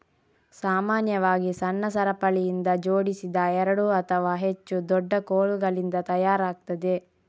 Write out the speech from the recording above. ಸಾಮಾನ್ಯವಾಗಿ ಸಣ್ಣ ಸರಪಳಿಯಿಂದ ಜೋಡಿಸಿದ ಎರಡು ಅಥವಾ ಹೆಚ್ಚು ದೊಡ್ಡ ಕೋಲುಗಳಿಂದ ತಯಾರಾಗ್ತದೆ